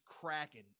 cracking